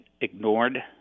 ignored